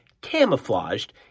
camouflaged